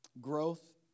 Growth